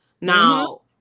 Now